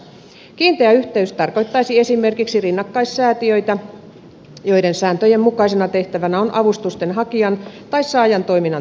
kiinteä yhteys tarkoittaisi esimerkiksi rinnakkaissäätiöitä joiden sääntöjen mukaisena tehtävänä on avustustenhakijan tai saajan toiminnan tukeminen